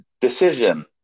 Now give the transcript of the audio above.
decision